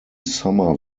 summer